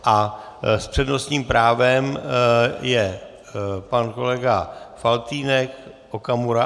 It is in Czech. A s přednostním právem je pan kolega Faltýnek, Okamura...